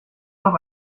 doch